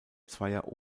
zweier